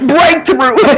Breakthrough